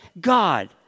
God